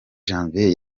janvier